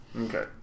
Okay